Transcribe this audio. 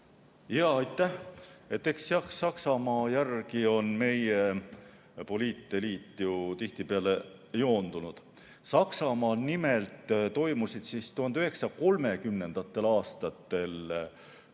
Aitäh! Eks jah Saksamaa järgi ole meie poliiteliit ju tihtipeale joondunud. Saksamaal nimelt toimusid 1930. aastatel ka